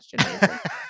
question